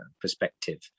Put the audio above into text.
perspective